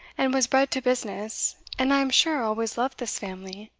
and was bred to business, and, i am sure, always loved this family.